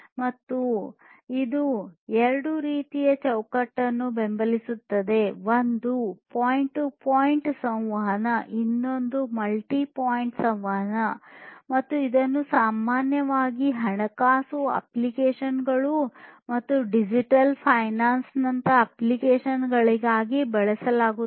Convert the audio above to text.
ಮತ್ತು ಇದು ಎರಡು ರೀತಿಯ ಚೌಕಟ್ಟನ್ನು ಬೆಂಬಲಿಸುತ್ತದೆ ಒಂದು ಪಾಯಿಂಟ್ ಟು ಪಾಯಿಂಟ್ ಸಂವಹನ ಮತ್ತು ಇನ್ನೊಂದು ಮಲ್ಟಿ ಪಾಯಿಂಟ್ ಸಂವಹನ ಮತ್ತು ಇದನ್ನು ಸಾಮಾನ್ಯವಾಗಿ ಹಣಕಾಸು ಅಪ್ಲಿಕೇಶನ್ ಗಳು ಮತ್ತು ಡಿಜಿಟಲ್ ಫೈನಾನ್ಸ್ ನಂತಹ ಅಪ್ಲಿಕೇಶನ್ ಗಾಗಿ ಬಳಸಲಾಗುತ್ತದೆ